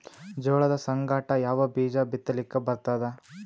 ಜೋಳದ ಸಂಗಾಟ ಯಾವ ಬೀಜಾ ಬಿತಲಿಕ್ಕ ಬರ್ತಾದ?